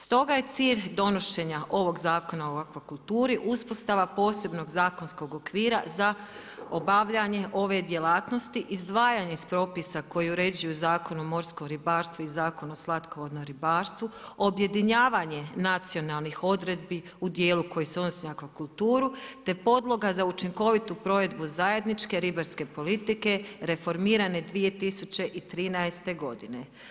Stoga je cilj donošenja ovoga Zakona o akvakulturi uspostava posebnog zakonskog okvira za obavljanje ove djelatnosti, izdvajanje iz propisa koji uređuju Zakon o morskom ribarstvu i Zakon o slatkovodnom ribarstvu, objedinjavanje nacionalnih odredbi u dijelu koji se odnosi na akvakulturu te podloga za učinkovitu provedbu zajedničke ribarske politike, reformirane 2013. godine.